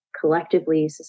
collectively